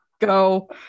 Go